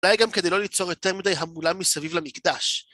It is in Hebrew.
אולי גם כדי לא ליצור יותר מדי המולה מסביב למקדש.